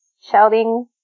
shouting